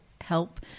help